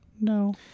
No